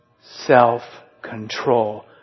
Self-control